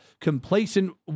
complacent